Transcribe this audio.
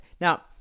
Now